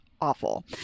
awful